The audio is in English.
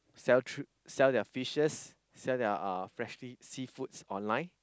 sell tr~ sell their fishes sell their uh freshly seafood online